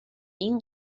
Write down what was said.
این